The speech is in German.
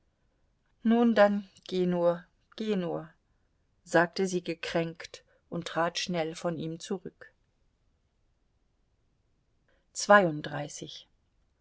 nun dann geh nur geh nur sagte sie gekränkt und trat schnell von ihm zurück